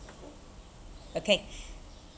okay